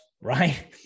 right